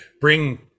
bring